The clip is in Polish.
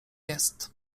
jest